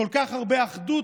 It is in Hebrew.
כל כך הרבה אחדות,